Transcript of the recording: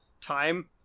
time